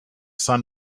sun